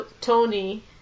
Tony